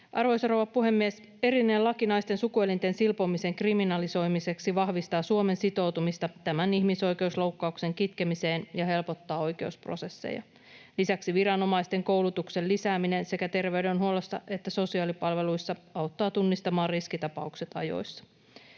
Arvoisa rouva puhemies! Erillinen laki naisten sukuelinten silpomisen kriminalisoimiseksi vahvistaa Suomen sitoutumista tämän ihmisoikeusloukkauksen kitkemiseen ja helpottaa oikeusprosesseja. Lisäksi viranomaisten koulutuksen lisääminen sekä terveydenhuollossa että sosiaalipalveluissa auttaa tunnistamaan riskitapaukset ajoissa.